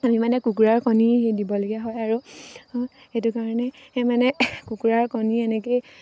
আমি মানে কুকুৰাৰ কণী দিবলগীয়া হয় আৰু সেইটো কাৰণে সেই মানে কুকুৰাৰ কণী এনেকেই